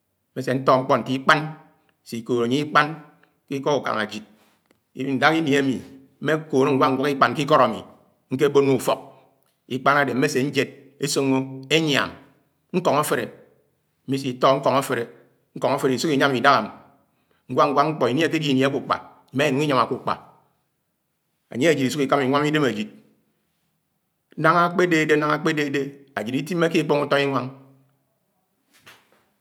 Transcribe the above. mmese ñto nkpọ nte ikpán, ise ikóod anye ikpán ke ikọ́ úháng ajid, idáhá ini ami mme kȯnȯ nwah-nwak ikpán ke ikọ́d ami nhebon ke úfọk. Ikpán adẽ mmese njed asiño enyiam. Nkọ̇ng aféle imi isé itọ ñkọng afele, ñhó afelé isuh iñyám idaha m awáh-ñwáh nhpọ ini ahẽdẽhe ini ákpáhpá im̃aa inung inung iñyam àkpàhpá, anye ajid isuh ikamà inwám idem ajid nañgá akpèdédé, nangá akpedédé ajid itimeke ikpóng utọ iñwañg. ss